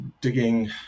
digging